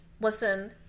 Listen